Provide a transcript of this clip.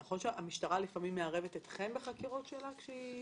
זה נכון שהמשטרה מערבת אתכם בחקירות כשהיא